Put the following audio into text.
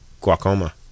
glaucoma